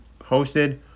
hosted